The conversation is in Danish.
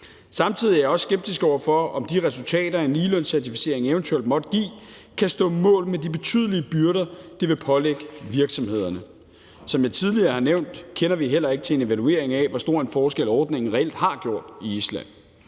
Samtidig er jeg også skeptisk over for, om de resultater, en ligelønscertificering eventuelt måtte give, kan stå mål med de betydelige byrder, det vil pålægge virksomhederne. Som jeg tidligere har nævnt, kender vi heller ikke til en evaluering af, hvor stor en forskel ordningen reelt har gjort i Island.